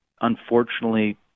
unfortunately